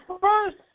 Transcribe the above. first